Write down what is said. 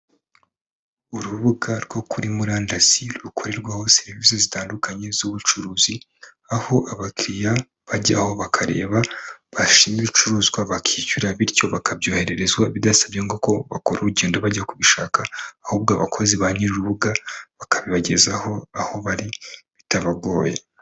Urubuga rwo kuri murandasi, rukorerwaho serivisi zitandukanye z'ubucuruzi, aho abakiriya bajyaho bakareba bashima ibicuruzwa bakishyura, bityo bakabyohererezwa bidasabye ngo ko bakora urugendo bajya kubishaka, ahubwo abakozi ba nyir'urubuga bakabibagezaho aho bari bitabagoye.